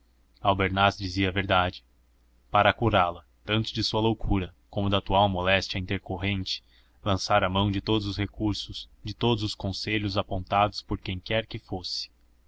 morte albernaz dizia a verdade para curá la tanto de sua loucura como da atual moléstia intercorrente lançara mão de todos os recursos de todos os conselhos apontados por quem quer que fosse